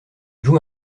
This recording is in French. joue